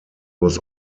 was